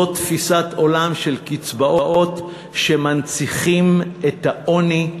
לא תפיסת עולם של קצבאות שמנציחות את העוני,